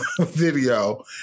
video